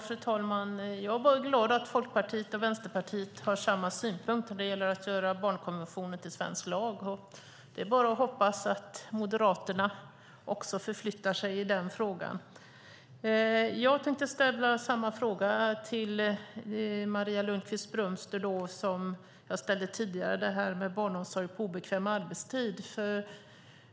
Fru talman! Jag är glad att Folkpartiet och Vänsterpartiet har samma synpunkt när det gäller att införliva barnkonventionen i svensk lag. Det är bara att hoppas att också Moderaterna förflyttar sig i frågan. Jag tänkte ställa samma fråga till Maria Lundqvist-Brömster som jag ställde tidigare. Den gällde barnomsorg på obekväm arbetstid.